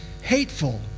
hateful